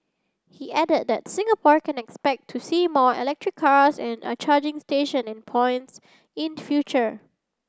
he added that Singapore can expect to see more electric cars and are charging station and points in future